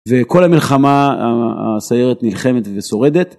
וכל המלחמה הסיירת נלחמת ושורדת.